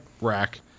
rack